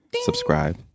subscribe